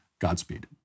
Godspeed